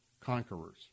conquerors